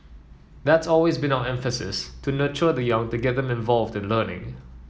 that's always been our emphasis to nurture the young to get them involved in learning